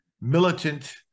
militant